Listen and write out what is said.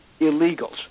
illegals